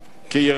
כאירן,